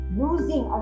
losing